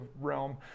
realm